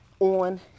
on